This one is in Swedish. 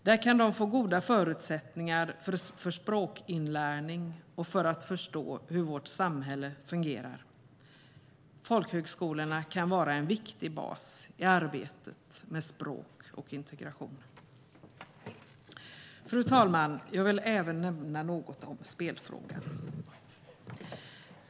Där kan de få goda förutsättningar för språkinlärning och för att förstå hur vårt samhälle fungerar. Folkhögskolorna kan vara en viktig bas i arbetet med språk och integration. Fru talman! Jag vill även nämna något om spelfrågan.